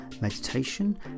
meditation